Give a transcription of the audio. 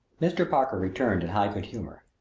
mr. parker returned in high good humor.